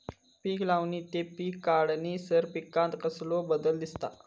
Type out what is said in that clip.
पीक लावणी ते पीक काढीसर पिकांत कसलो बदल दिसता?